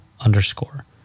underscore